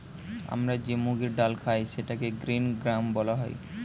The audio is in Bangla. আমরা যে মুগের ডাল খাই সেটাকে গ্রীন গ্রাম বলা হয়